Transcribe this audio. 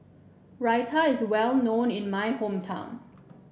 Raita is well known in my hometown